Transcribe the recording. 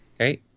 Okay